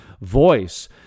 voice